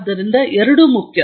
ಆದ್ದರಿಂದ ಎರಡೂ ಮುಖ್ಯ